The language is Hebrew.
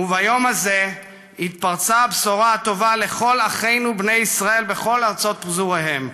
"וביום הזה התפרצה הבשורה הטובה לכל אחינו בני ישראל בכל ארצות פזוריהם,